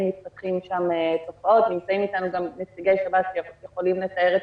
נמצאים אתנו גם נציגי שב"ס שיכולים לתאר את